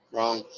Wrong